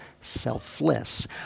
selfless